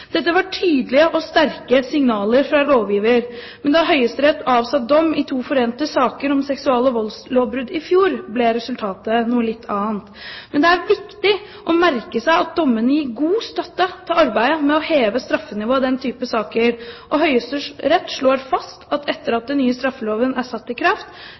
Dette var tydelige og sterke signaler fra lovgiver, men da Høyesterett avsa dom i to forente saker om seksual- og voldslovbrudd i fjor, ble resultatet noe litt annet. Men det er viktig å merke seg at dommene gir god støtte til arbeidet med å heve straffenivået i den type saker, og Høyesterett slår fast at etter at den nye straffeloven er satt i kraft,